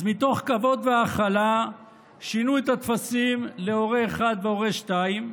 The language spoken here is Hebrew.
אז מתוך כבוד והכלה שינו את הטפסים להורה 1 והורה 2,